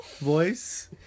voice